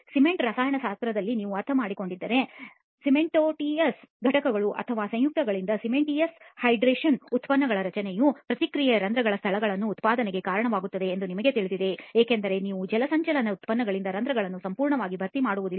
cement ರಸಾಯನಶಾಸ್ತ್ರವನ್ನು ನೀವು ಅರ್ಥಮಾಡಿಕೊಂಡಿದ್ದರೆ ಸಿಮೆಂಟೀಯಸ್ ಘಟಕಗಳು ಅಥವಾ ಸಂಯುಕ್ತಗಳಿಂದ ಸಿಮೆಂಟೀಯಸ್ ಹೈಡ್ರೇಶನ್ ಉತ್ಪನ್ನಗಳ ರಚನೆಯ ಪ್ರತಿಕ್ರಿಯೆಯು ರಂಧ್ರಗಳ ಸ್ಥಳಗಳ ಉತ್ಪಾದನೆಗೆ ಕಾರಣವಾಗುತ್ತದೆ ಎಂದು ನಿಮಗೆ ತಿಳಿದಿದೆ ಏಕೆಂದರೆ ನೀವು ಜಲಸಂಚಯನ ಉತ್ಪನ್ನಗಳಿಂದ ರಂಧ್ರಗಳನ್ನು ಸಂಪೂರ್ಣವಾಗಿ ಭರ್ತಿ ಮಾಡುವುದಿಲ್ಲ